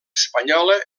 espanyola